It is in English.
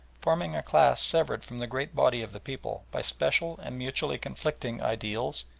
forming a class severed from the great body of the people by special and mutually conflicting ideals,